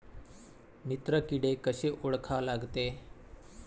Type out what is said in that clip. मित्र किडे कशे ओळखा लागते?